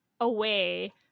away